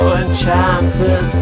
enchanted